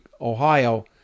Ohio